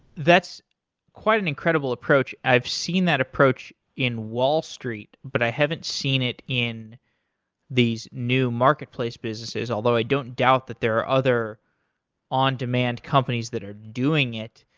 that's quite an incredible approach. i've seen that approach in wall street, but i haven't seen it in these new marketplace businesses, although i don't doubt that there are other on-demand companies that are doing it.